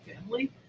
family